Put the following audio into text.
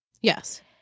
Yes